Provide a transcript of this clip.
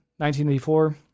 1984